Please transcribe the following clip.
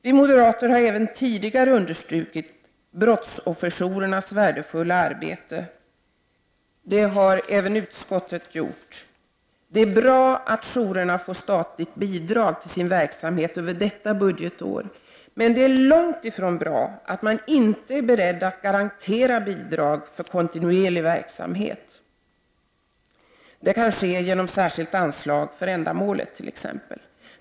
Vi moderater har även tidigare understrukit brottsofferjourernas värdefulla arbete, vilket även utskottet har gjort. Det är bra att jourerna får statligt bidrag till sin verksamhet även detta budgetår, men det är långt ifrån bra att man inte är beredd att garantera bidrag för kontinuerlig verksamhet. Detta kunde ske genom särskilt anslag för ändamålet.